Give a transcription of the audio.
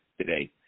today